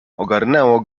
ogarnęło